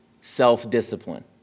self-discipline